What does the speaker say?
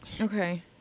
Okay